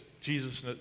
Jesus